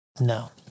no